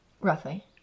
Roughly